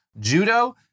judo